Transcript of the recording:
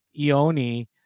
Ioni